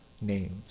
Names